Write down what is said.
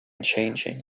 changing